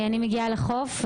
אני מגיעה לחוף,